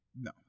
No